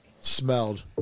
smelled